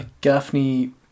Gaffney